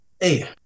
Hey